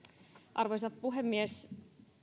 arvoisa puhemies